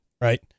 right